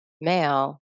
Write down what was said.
male